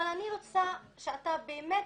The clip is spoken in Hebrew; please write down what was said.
אני רוצה שאתה באמת